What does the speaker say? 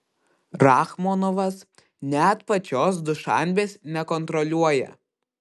rachmonovas net pačios dušanbės nekontroliuoja